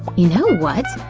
you know what?